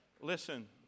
Listen